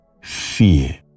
fear